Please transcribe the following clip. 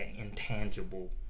intangible